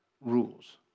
rules